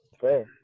fair